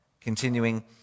Continuing